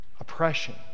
Oppression